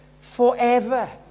forever